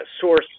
source